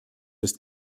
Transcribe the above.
ist